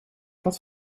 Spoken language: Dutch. had